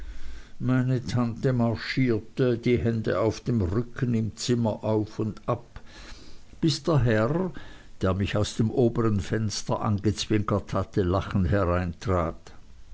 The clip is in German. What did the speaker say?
meine tante marschierte die hände auf dem rücken im zimmer auf und ab bis der herr der mich aus dem obern fenster angezwinkert hatte lachend hereintrat